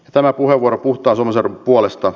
tämä puheenvuoro mutta asumisen puolesta